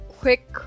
quick